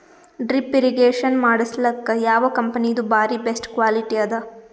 Drip irrigation ಮಾಡಸಲಕ್ಕ ಯಾವ ಕಂಪನಿದು ಬಾರಿ ಬೆಸ್ಟ್ ಕ್ವಾಲಿಟಿ ಅದ?